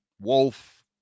Wolf